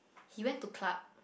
he went to club